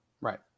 Right